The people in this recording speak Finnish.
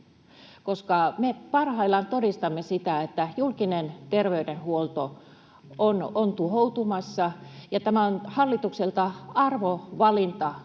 me parhaillaan todistamme sitä, että julkinen terveydenhuolto on tuhoutumassa, ja tämä on hallitukselta arvovalinta